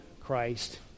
Christ